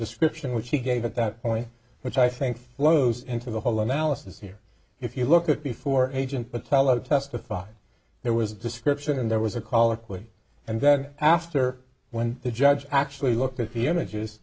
description which he gave at that point which i think blows into the whole analysis here if you look at before agent but testified there was a description and there was a color quit and then after when the judge actually looked at the images